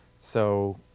so,